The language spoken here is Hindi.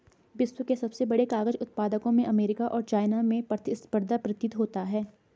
विश्व के सबसे बड़े कागज उत्पादकों में अमेरिका और चाइना में प्रतिस्पर्धा प्रतीत होता है